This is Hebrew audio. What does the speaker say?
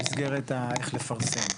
במסגרת איך לפרסם וכדומה.